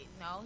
No